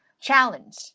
challenge